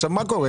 עכשיו מה קורה?